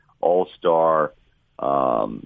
all-star